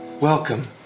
Welcome